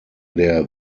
der